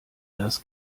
das